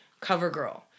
CoverGirl